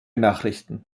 nachrichten